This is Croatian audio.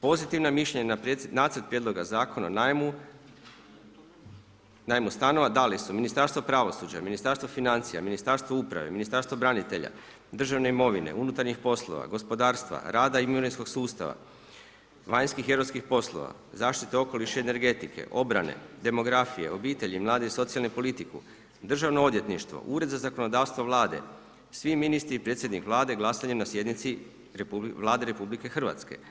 Pozitivna mišljenja na nacrt prijedloga Zakona o najmu stanova dali su Ministarstvo pravosuđa, Ministarstvo financija, Ministarstvo uprave, Ministarstvo branitelja, državne imovine, unutarnjih poslova, gospodarstva, rada i mirovinskog sustava, vanjskih i europskih poslova, zaštite okoliša i energetike, obrane, demografije, obitelji, mladih i socijalnu politiku, Državno odvjetništvo, Ured za zakonodavstvo Vlade, svi ministri i predsjednik Vlade glasanjem na sjednici Vlade Republike Hrvatske.